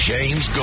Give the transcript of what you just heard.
James